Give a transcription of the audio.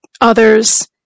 others